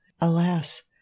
Alas